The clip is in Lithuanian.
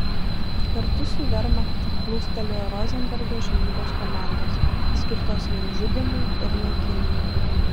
kartu su vermachtu plūstelėjo rozenbergo žinybos komandos skirtos vien žudymui ir naikinimui